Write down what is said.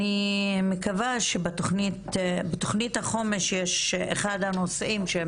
אני מקווה שבתכנית החומש אחד הנושאים שהם